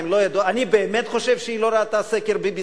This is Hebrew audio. אני באמת חושב שהיא לא ראתה סקר של ה-BBC?